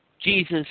Jesus